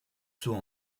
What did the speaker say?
saut